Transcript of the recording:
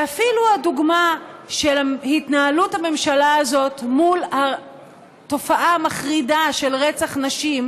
ואפילו הדוגמה של התנהלות הממשלה הזאת מול התופעה המחרידה של רצח נשים,